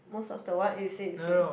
most of the what you say you say